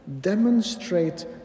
demonstrate